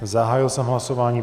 Zahájil jsem hlasování.